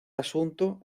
asunto